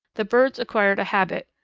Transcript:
the birds acquired a habit,